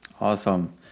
Awesome